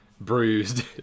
bruised